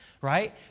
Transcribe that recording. right